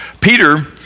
Peter